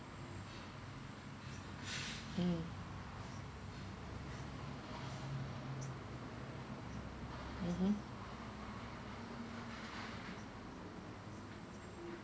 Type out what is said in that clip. mm mmhmm